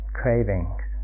cravings